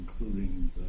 including